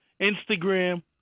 instagram